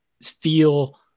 feel